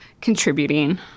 contributing